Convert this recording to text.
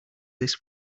this